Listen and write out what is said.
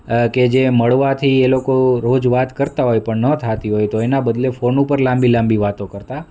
કે જે મળવાથી એ લોકો રોજ વાત કરતા હોય પણ ન થતી હોય તો એના બદલે ફોન ઉપર લાંબી લાંબી વાતો કરતા